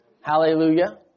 Hallelujah